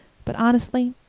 but honestly,